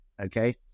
okay